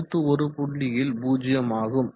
அடுத்து ஒரு புள்ளியில் 0 ஆகும்